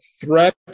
threat